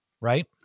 right